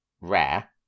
Rare